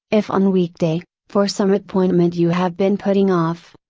if on weekday, for some appointment you have been putting off.